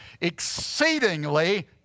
exceedingly